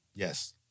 Yes